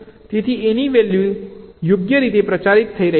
તેથી A ની value યોગ્ય રીતે પ્રચારિત થઈ રહી છે